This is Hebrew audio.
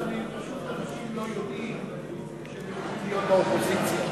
פשוט אנשים לא יודעים שהם יכולים להיות באופוזיציה,